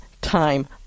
time